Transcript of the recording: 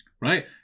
right